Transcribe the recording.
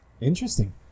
interesting